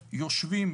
יושבים,